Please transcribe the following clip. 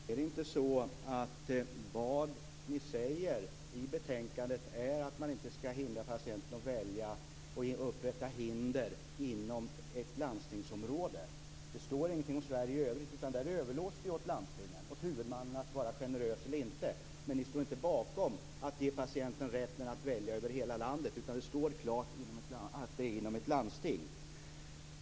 Fru talman! Är det inte så att vad ni säger i betänkandet är att man inte skall hindra patienten att välja och att man inte skall upprätta hinder inom ett landstingsområde. Det står ingenting om Sverige i övrigt, utan det överlåts åt landstingen, åt huvudmannen, att vara generös eller inte. Men ni står inte bakom att patienten skall ges rätten att välja över hela landet, utan det står klart att det gäller inom ett landsting.